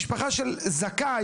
משפחה של זכאי,